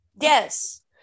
yes